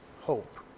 hope